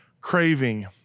craving